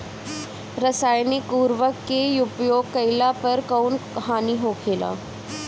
रसायनिक उर्वरक के उपयोग कइला पर कउन हानि होखेला?